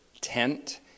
tent